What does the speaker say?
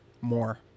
more